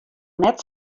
net